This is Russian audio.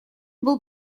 был